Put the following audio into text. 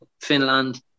Finland